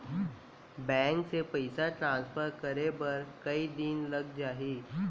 Bank से पइसा transfer करे बर कई दिन लग जाही?